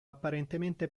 apparentemente